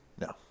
No